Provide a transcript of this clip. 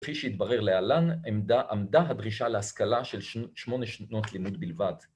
‫כפי שהתברר להלן, עמדה... עמדה הדרישה ‫להשכלה של שמונה שנות לימוד בלבד.